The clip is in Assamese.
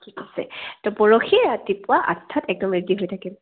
ঠিক আছে ত' পৰহি ৰাতিপুৱা আঠটাত একদম ৰেডি হৈ থাকিম